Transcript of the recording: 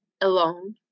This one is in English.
alone